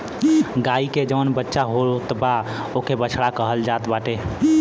गाई के जवन बच्चा होत बा ओके बछड़ा कहल जात बाटे